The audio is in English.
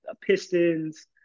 Pistons